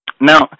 Now